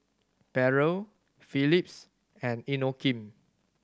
Barrel Phillips and Inokim